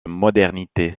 modernité